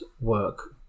work